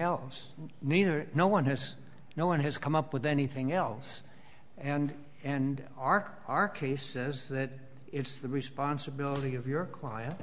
else neither no one has no one has come up with anything else and and are our case is that it's the responsibility of your client